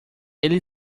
ele